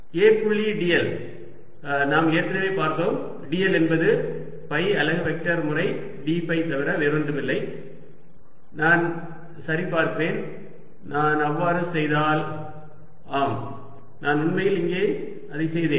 A புள்ளி dl நாம் ஏற்கனவே பார்த்தோம் dl என்பது ஃபை அலகு வெக்டர் முறை d ஃபை தவிர வேறொன்றுமில்லை நான் சரி பார்க்கிறேன் நான் அவ்வாறு செய்தால் ஆம் நான் உண்மையில் இங்கே செய்தேன்